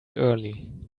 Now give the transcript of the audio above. early